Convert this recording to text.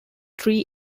three